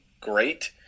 great